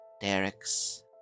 Derek's